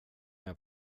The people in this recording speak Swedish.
med